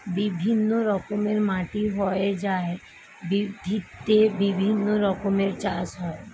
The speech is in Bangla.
বিভিন্ন রকমের মাটি হয় যার ভিত্তিতে বিভিন্ন রকমের চাষ হয়